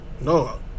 No